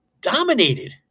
Dominated